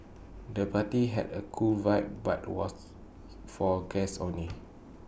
the party had A cool vibe but the was for guests only